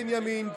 כן ימין,